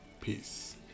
Peace